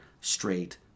straight